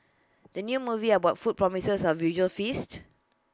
the new movie about food promises A visual feast